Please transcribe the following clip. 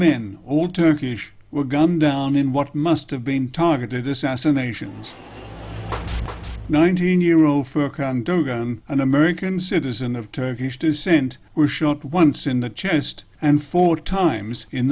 men all turkish were gunned down in what must have been targeted assassinations nineteen year old furka an american citizen of turkish descent was shot once in the chest and four times in